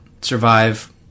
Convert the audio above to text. survive